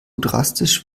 drastisch